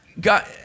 God